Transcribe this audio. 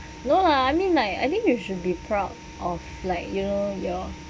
no lah I mean like I think you should be proud of like you know your